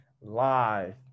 live